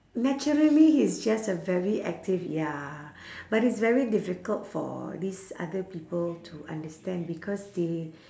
naturally he's just a very active ya but it's very difficult for these other people to understand because they